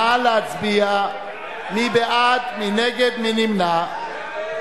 נא להצביע מי בעד, מי נגד, מי נמנע.